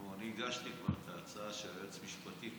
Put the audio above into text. אני הגשתי כבר את ההצעה שיועץ משפטי,